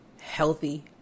healthy